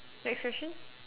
next question